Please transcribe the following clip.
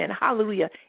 Hallelujah